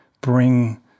bring